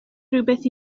rhywbeth